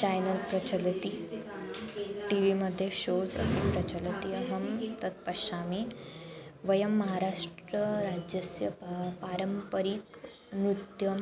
channel प्रचलति T V मध्ये shows अपि प्रचलति अहं तत् पश्यामि वयं महाराष्ट्रराज्यस्य पारम्परिकनृत्यं